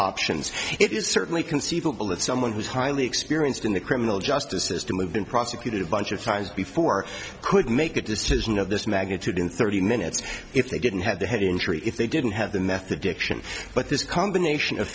options it is certainly conceivable that someone who is highly experienced in the criminal justice system we've been prosecuted a bunch of times before could make a decision of this magnitude in thirty minutes if they didn't have the head injury if they didn't have the meth addiction but this combination of